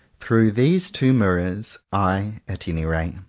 through these two mirrors, i, at any rate,